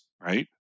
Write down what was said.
right